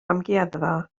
amgueddfa